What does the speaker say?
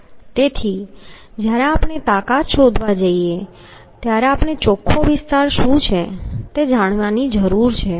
તેથી જ્યારે આપણે તાકાત શોધવા જઈએ છીએ ત્યારે આપણે ચોખ્ખો વિસ્તાર શું છે તે જાણવાની જરૂર છે